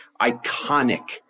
iconic